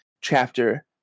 chapter